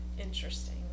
interesting